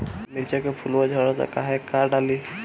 मिरचा के फुलवा झड़ता काहे का डाली?